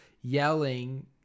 yelling